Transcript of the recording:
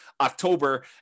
October